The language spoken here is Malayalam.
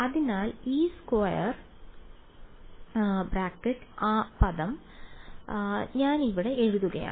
അതിനാൽ ഈ സ്ക്വയർ ബ്രാക്കറ്റ് പദം ഞാൻ ഇവിടെ എഴുതുകയാണ്